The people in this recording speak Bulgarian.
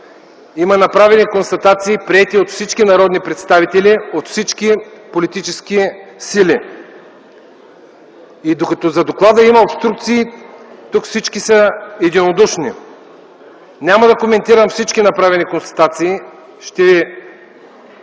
има направени констатации, приети от всички народни представители от всички политически сили. Докато за доклада има обструкции, тук всички са единодушни. Няма да коментирам всички направени констатации. Ще